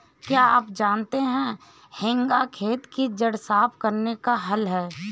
क्या आप जानते है हेंगा खेत की जड़ें साफ़ करने का हल है?